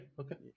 Okay